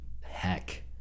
Heck